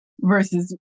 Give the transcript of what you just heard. versus